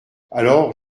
alors